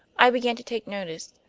i began to take notice.